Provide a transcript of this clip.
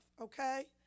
okay